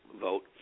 vote